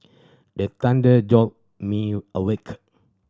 the thunder jolt me awake